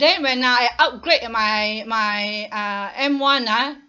then when I upgrade my my uh M one ah